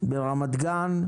ברמת גן,